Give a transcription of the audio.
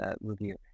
review